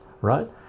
right